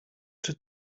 czy